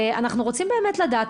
אנחנו רוצים באמת לדעת.